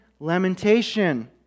lamentation